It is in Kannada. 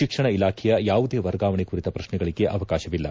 ಶಿಕ್ಷಣ ಇಲಾಖೆಯ ಯಾವುದೇ ವರ್ಗಾವಣೆ ಕುರಿತ ಪ್ರಶ್ನೆಗಳಿಗೆ ಅವಕಾಶವಿಲ್ಲ